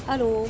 hello